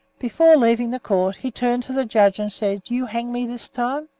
before leaving the court, he turned to the judge and said, you hang me this time?